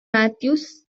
mathews